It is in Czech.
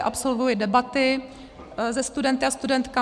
Absolvuji debaty se studenty a studentkami.